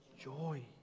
Joy